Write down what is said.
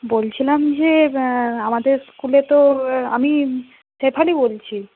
বলছিলাম যে আমাদের স্কুলে তো আমি শেফালি বলছি